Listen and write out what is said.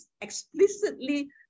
explicitly